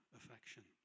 affection